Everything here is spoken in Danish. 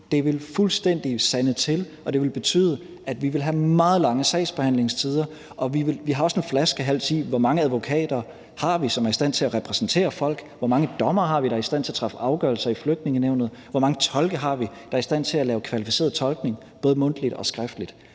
Det ville fuldstændig sande til, og det ville betyde, at vi ville have meget lange sagsbehandlingstider, og vi har også en flaskehals, i forhold til hvor mange advokater vi har, som er i stand til at repræsentere folk, hvor mange dommere vi har der er i stand til at træffe afgørelser i Flygtningenævnet, og hvor mange tolke vi har, der er i stand til at lave kvalificeret tolkning både mundtligt og skriftligt.